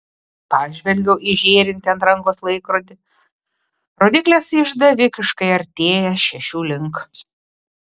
pažvelgiu į žėrintį ant rankos laikrodį rodyklės išdavikiškai artėja šešių link